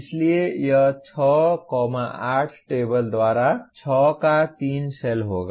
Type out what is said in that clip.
इसलिए यह 6 8 टेबल द्वारा 6 का 3 सेल होगा